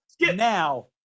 now